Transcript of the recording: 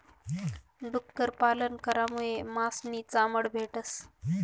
डुक्कर पालन करामुये मास नी चामड भेटस